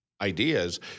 ideas